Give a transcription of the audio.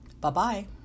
Bye-bye